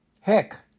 Heck